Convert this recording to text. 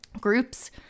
groups